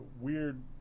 weird